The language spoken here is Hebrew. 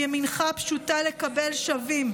כי ימינך פשוטה לקבל שווים.